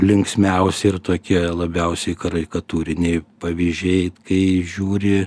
linksmiausi ir tokie labiausiai karikatūriniai pavyzdžiai kai žiūri